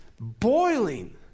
boiling